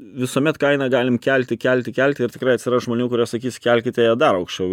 visuomet kainą galim kelti kelti kelti ir tikrai atsiras žmonių kurie sakys kelkite ją dar aukščiau